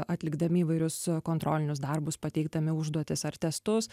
atlikdami įvairius kontrolinius darbus pateikdami užduotis ar testus